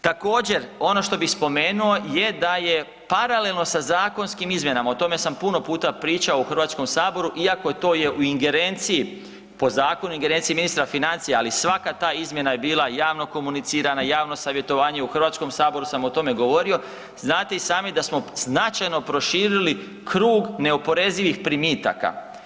Također, ono što bih spomenuo je da je paralelno sa zakonskim izmjenama, o tome sam puno puta pričao u Hrvatskom saboru iako to je u ingerenciji po zakonu u ingerenciji ministra financija, ali svaka ta izmjena je bila javno komunicirana, javno savjetovanje, u Hrvatskom saboru sam o tome govorio, znate i sami da smo značajno proširili krug neoporezivih primitaka.